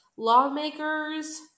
Lawmakers